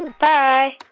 bye